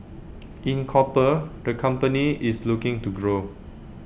in copper the company is looking to grow